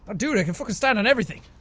dude, i can fucking stand on everything!